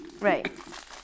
Right